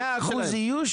100% איוש?